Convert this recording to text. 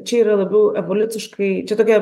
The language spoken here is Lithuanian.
čia yra labiau evoliuciškai čia tokia